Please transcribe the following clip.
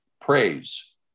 Praise